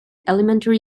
elementary